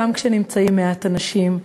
גם כשנמצאים מעט אנשים,